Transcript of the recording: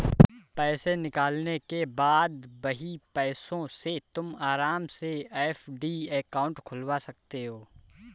पैसे निकालने के बाद वही पैसों से तुम आराम से एफ.डी अकाउंट खुलवा सकते हो